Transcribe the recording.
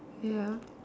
ya